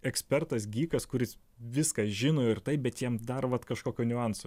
ekspertas gykas kuris viską žino ir taip bet jam dar vat kažkokio niuanso